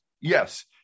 yes